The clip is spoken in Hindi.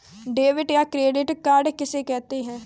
डेबिट या क्रेडिट कार्ड किसे कहते हैं?